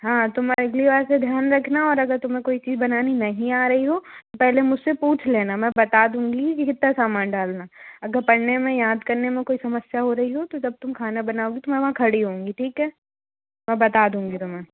हाँ तुम अगली बार से ध्यान रखना और अगर तुम्हे कोई चीज़ बनानी नही आ रही हो पहले मुझ से पूछ लेना मैं बता दूँगी कि कितना सामान डालना अगर पढ़ने में याद करने में कोई समस्या हो रही हो तो जब तुम खाना बनाओगी तो मैं वहाँ खड़ी होंगी ठीक हे मैं बता दूँगी तुम्हे